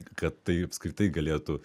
kad tai apskritai galėtų